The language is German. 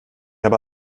habe